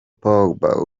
pogba